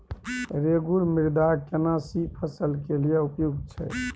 रेगुर मृदा केना सी फसल के लिये उपयुक्त छै?